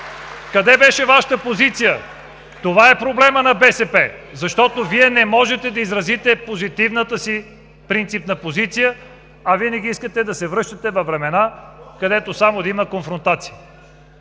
Къде беше Вашата позиция? Това е проблемът на БСП, защото Вие не можете да изразите позитивната си принципна позиция, а винаги искате да се връщате във времена, където само да има конфронтация.